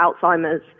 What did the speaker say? Alzheimer's